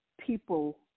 people